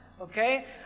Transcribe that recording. okay